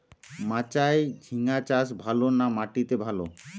মাচায় ঝিঙ্গা চাষ ভালো না মাটিতে ভালো?